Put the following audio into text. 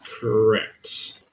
correct